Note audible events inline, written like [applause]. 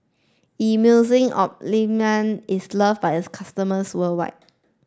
Emulsying [unintelligible] is love by its customers worldwide